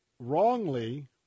Wrongly